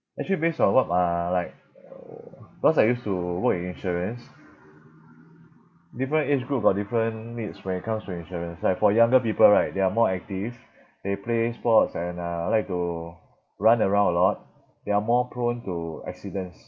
actually based or what uh like because I used to work in insurance different age group got different needs when it comes to insurance like for younger people right they are more active they play sports and uh like to run around a lot they are more prone to accidents